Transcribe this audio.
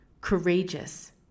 courageous